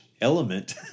element